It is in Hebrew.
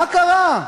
מה קרה?